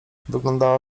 wyglądała